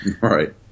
Right